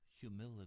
humility